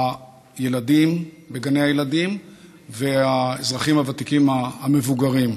הילדים בגני הילדים והאזרחים הוותיקים המבוגרים,